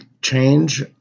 change